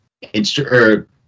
instrument